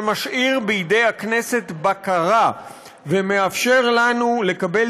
שמשאיר בידי הכנסת בקרה ומאפשר לנו לקבל